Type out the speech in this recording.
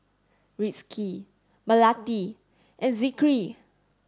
Rizqi Melati and Zikri